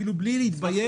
אפילו בלי להתבייש,